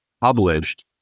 published